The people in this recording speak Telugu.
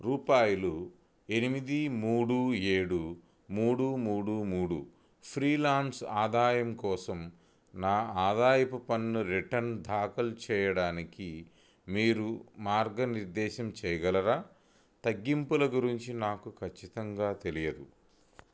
రూపాయలు ఎనిమిది మూడు ఏడు మూడు మూడు మూడు ఫ్రీలాన్స్ ఆదాయం కోసం నా ఆదాయపు పన్ను రిటర్న్ దాఖలు చేయడానికి మీరు మార్గనిర్దేశం చేయగలరా తగ్గింపుల గురించి నాకు ఖచ్చితంగా తెలియదు